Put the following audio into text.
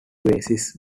basis